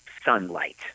sunlight